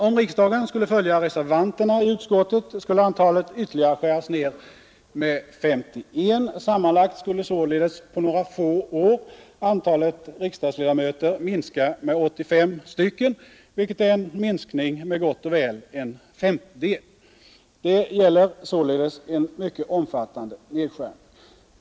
Om riksdagen skulle följa reservanterna i utskottet skulle antalet skäras ned med ytterligare 51. Sammanlagt skulle således på några få år antalet riksdagsledamöter minska med 85, vilket är en minskning på gott och väl en femtedel. Det gäller således en mycket omfattande nedskärning.